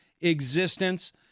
existence